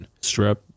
strap